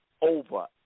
over